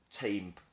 team